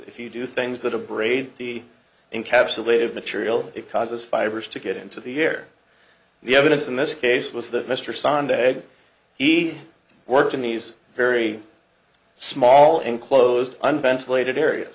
if you do things that abrade the encapsulated material it causes fibers to get into the air the evidence in this case was that mr sunday he worked in these very small enclosed unventilated area